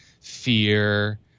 fear